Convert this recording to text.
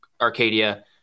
Arcadia